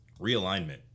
Realignment